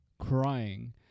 crying